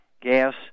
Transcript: gas